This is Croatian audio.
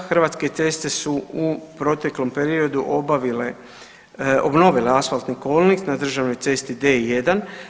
Hrvatske ceste su u proteklom periodu obnovile asfaltni kolnik na državnoj cesti D1.